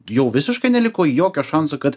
jau visiškai neliko jokio šanso kad